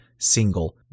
Single